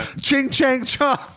Ching-chang-chong